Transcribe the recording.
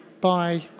Bye